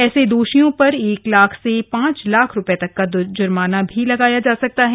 ऐसे दोषियों पर एक लाख से पांच लाख रुपये तक का जुर्माना भी लगाया जा सकता है